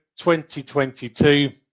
2022